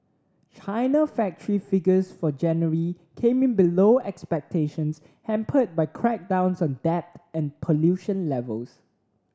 china factory figures for January came in below expectations hampered by crackdowns on debt and pollution levels